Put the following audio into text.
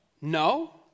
no